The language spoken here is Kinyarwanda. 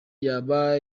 yoba